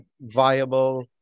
viable